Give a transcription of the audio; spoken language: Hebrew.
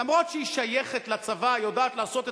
למרות שהיא שייכת לצבא היא יודעת לעשות את